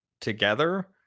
together